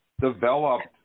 developed